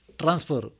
transfer